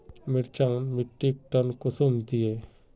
मिर्चान मिट्टीक टन कुंसम दिए?